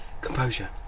Composure